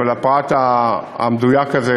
אבל הפרט המדויק הזה,